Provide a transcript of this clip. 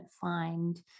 find